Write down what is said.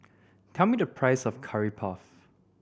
tell me the price of Curry Puff